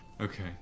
Okay